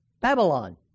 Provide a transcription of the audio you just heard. Babylon